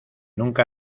nunca